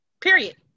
Period